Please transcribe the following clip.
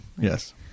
yes